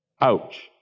Ouch